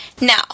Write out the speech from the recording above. Now